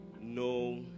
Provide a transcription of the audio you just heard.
no